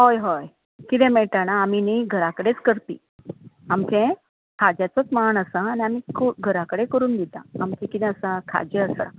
हय हय कितें मेळटा जाणां आमी न्हय घराच कडेन करपी आमचें खाज्यांचोच मांड आसा आनी आमी घरा कडेन करून दिता आमचें कितें आसा खाजें आसा